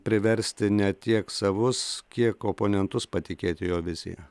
priversti ne tiek savus kiek oponentus patikėti jo vizija